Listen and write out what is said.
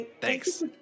Thanks